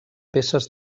peces